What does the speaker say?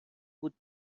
بود